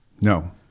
No